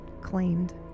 claimed